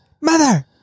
Mother